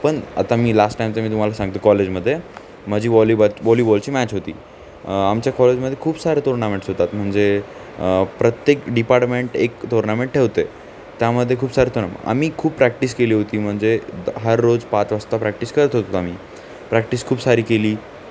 पण आता मी लास्ट टाइमचं मी तुम्हाला सांगतो कॉलेजमध्ये माझी वॉलीबॉल वॉलीबॉलची मॅच होती आमच्या कॉलेजमध्ये खूप सारे टुर्नामेंट्स होतात म्हणजे प्रत्येक डिपार्टमेंट एक टुर्नामेंट ठेवते त्यामध्ये खूप सारे टुर्नामेंट आम्ही खूप प्रॅक्टिस केली होती म्हणजे हर रोज पाच वाजता प्रॅक्टिस करत होतो आम्ही प्रॅक्टिस खूप सारी केली